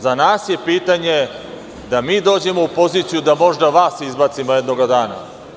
Za nas je pitanje da mi dođemo u poziciju da možda vas izbacimo jednoga dana.